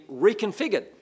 reconfigured